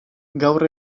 gaur